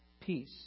peace